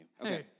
Okay